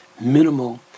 minimal